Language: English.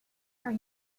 are